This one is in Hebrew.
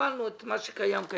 הבנו את מה שקיים.